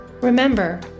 Remember